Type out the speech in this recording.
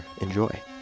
Enjoy